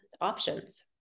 options